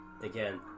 Again